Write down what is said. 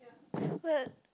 but